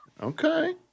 Okay